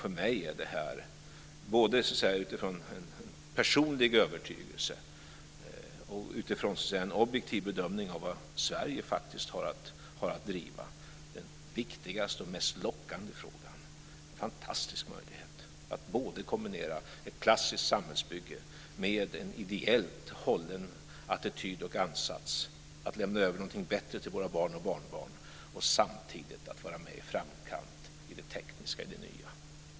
För mig är detta, både utifrån en personlig övertygelse och utifrån en objektiv bedömning av vad Sverige faktiskt har att driva, den viktigaste och mest lockande frågan. Det är en fantastisk möjlighet att kombinera ett klassiskt samhällsbygge med en ideellt hållen attityd och ansats att lämna över någonting bättre till våra barn och barnbarn och att samtidigt vara med i framkant i det tekniska och i det nya.